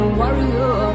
warrior